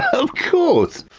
of course,